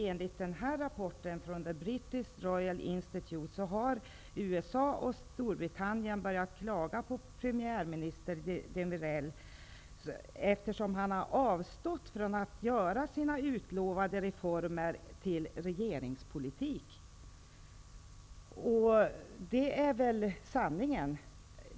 Enligt rapporten från the British Royal Institute har USA och Storbritannien börjat klaga på premiärminister Demirel, eftersom han har avstått från att göra sina utlovade reformer till regeringspolitik. Det är sanningen.